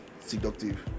seductive